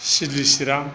सिदलि सिरां